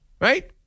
right